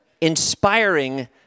inspiring